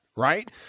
Right